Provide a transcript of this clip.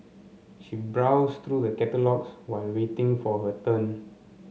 she browsed through the catalogues while waiting for her turn